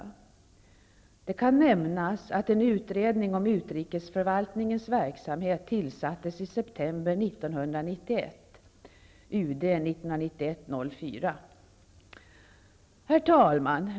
Det kan nämnas att en utredning om utrikesförvaltningens verksamhet tillsattes i september 1991, UD 1991:04. > bHerr talman!